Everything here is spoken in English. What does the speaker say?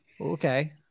Okay